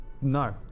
no